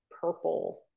purple